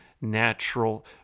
natural